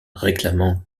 réclamant